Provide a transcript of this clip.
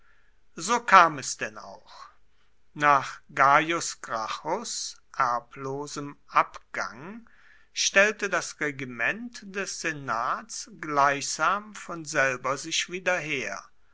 so kam es denn auch nach gaius gracchus erblosem abgang stellte das regiment des senats gleichsam von selber sich wieder her